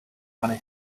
money